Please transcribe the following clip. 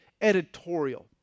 editorial